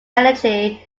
energy